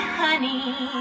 honey